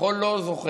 החול לא זוכר.